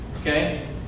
Okay